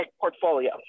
portfolio